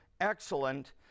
excellent